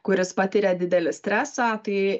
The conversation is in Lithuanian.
kuris patiria didelį stresą tai